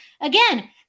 Again